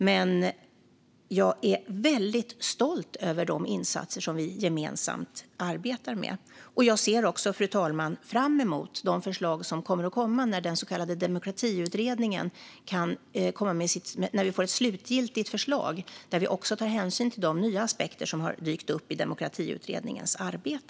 Men jag är väldigt stolt över de insatser som vi gemensamt arbetar med. Jag ser också, fru talman, fram emot de förslag som kan komma när den så kallade Demokratiutredningen har kommit med ett slutgiltigt förslag. Det blir förslag där vi också tar hänsyn till de nya aspekter som har dykt upp i Demokratiutredningens arbete.